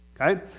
Okay